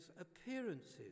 appearances